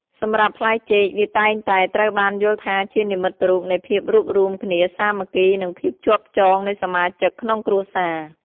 សម្រាប់ផ្លែចេក វាតែងតែត្រូវបានយល់ថាជានិមិត្តរូបនៃភាពរួបរួម គ្នា សាមគ្គី និងភាពជាប់ចងនៃសមាជិកក្នុងគ្រួសារ។